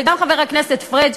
וגם חבר הכנסת פריג',